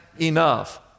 enough